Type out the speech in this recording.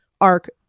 arc